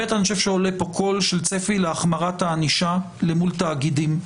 2. אני חושב שעולה פה קול של צפי להחמרת הענישה למול תאגידים,